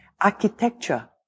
architecture